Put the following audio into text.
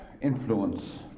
influence